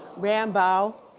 rambo.